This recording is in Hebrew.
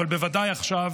אבל בוודאי עכשיו,